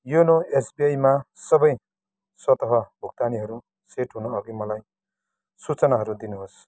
YONO एसबिआईमा सबै स्वत भुक्तानीहरू सेट हुनु अघि मलाई सूचनाहरू दिनुहोस्